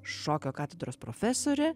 šokio katedros profesorė